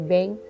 Bank